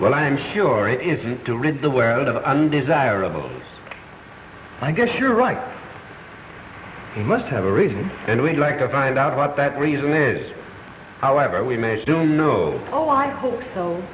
well i'm sure it isn't to rid the world of undesirables i guess you're right he must have a reason and we'd like to find out what that reason is however we may still know oh i hope so